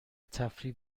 تفریح